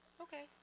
Okay